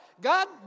God